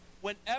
whenever